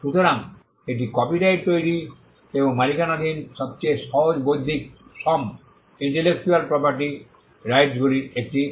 সুতরাং এটি কপিরাইট তৈরি এবং মালিকানাধীন সবচেয়ে সহজ বৌদ্ধিক সম্প ইন্টেলেকচ্যুয়াল প্রপার্টি রাইটসগুলির একটি করে